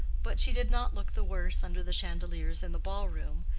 but she did not look the worse under the chandeliers in the ball-room,